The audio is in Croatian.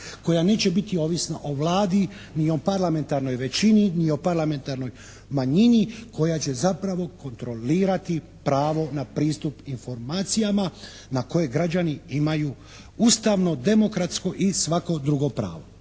koja neće biti ovisna o Vladi, ni o parlamentarnoj većini ni o parlamentarnoj manjini, koja će zapravo kontrolirati pravo na pristup informacijama na koje građani imaju ustavno, demokratsko i svako drugo pravo.